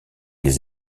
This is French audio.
les